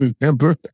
remember